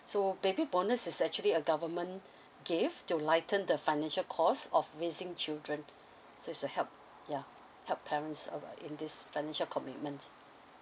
so baby bonus is actually a government gift to lighten the financial cost of raising children so it's to help ya help parents uh in this financial commitments